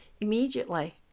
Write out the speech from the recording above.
immediately